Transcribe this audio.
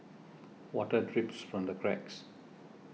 water drips from the cracks